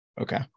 Okay